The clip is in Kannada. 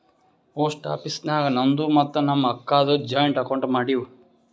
ಪೋಸ್ಟ್ ಆಫೀಸ್ ನಾಗ್ ನಂದು ಮತ್ತ ನಮ್ ಅಕ್ಕಾದು ಜಾಯಿಂಟ್ ಅಕೌಂಟ್ ಮಾಡಿವ್